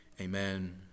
Amen